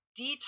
detox